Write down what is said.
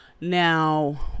Now